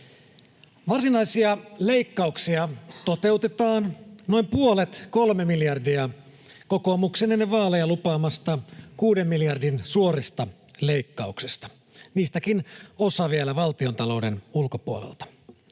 Varsinaisia leikkauksia toteutetaan noin puolet, kolme miljardia, kokoomuksen ennen vaaleja lupaamista kuuden miljardin suorista leikkauksesta — niistäkin osa vielä valtiontalouden ulkopuolelta.